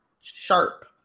Sharp